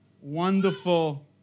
wonderful